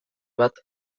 bat